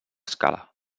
escala